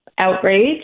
outrage